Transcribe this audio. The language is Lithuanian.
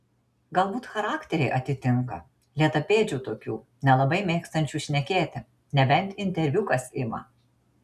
galbūt charakteriai atitinka lėtapėdžių tokių nelabai mėgstančių šnekėti nebent interviu kas ima